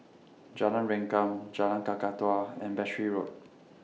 Jalan Rengkam Jalan Kakatua and Battery Road